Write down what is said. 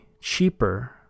cheaper